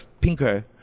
Pinker